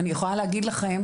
אני יכולה להגיד לכם,